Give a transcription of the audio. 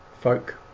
folk